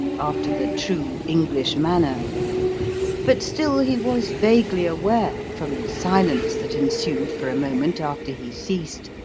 after the true english manner but still he was vaguely aware, from the silence that ensued for a moment after he ceased,